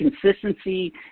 consistency